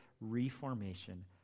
reformation